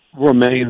remains